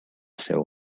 seu